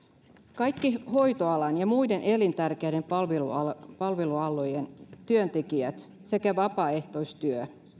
kaikki hoitoalan ja muiden elintärkeiden palvelualojen palvelualojen työntekijät sekä vapaaehtoistyö